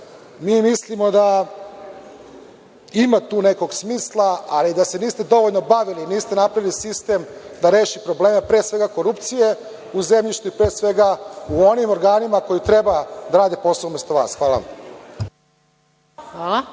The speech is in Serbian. mi mislimo da ima tu nekog smisla, ali da se niste dovoljno bavili, niste napravili sistem da reši probleme, pre svega korupcije u zemljištu i pre svega u onim organima koji treba da rade posao umesto vas. Hvala